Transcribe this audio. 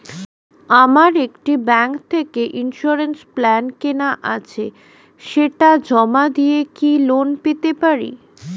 আমার একটি ব্যাংক থেকে ইন্সুরেন্স প্ল্যান কেনা আছে সেটা জমা দিয়ে কি লোন পেতে পারি?